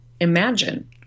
imagine